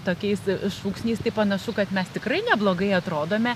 tokiais šūksniais tai panašu kad mes tikrai neblogai atrodome